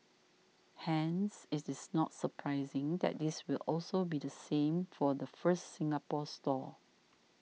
hence it is not surprising that this will also be the same for the first Singapore store